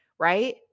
Right